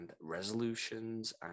resolutions